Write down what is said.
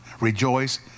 rejoice